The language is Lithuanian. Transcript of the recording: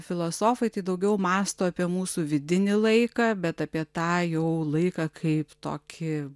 filosofai tai daugiau mąsto apie mūsų vidinį laiką bet apie tą jau laiką kaip tokį